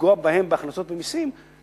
לפגוע בהם במסים על ההכנסות,